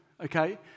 okay